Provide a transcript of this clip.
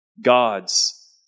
gods